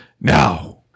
now